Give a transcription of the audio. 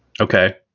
Okay